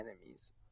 enemies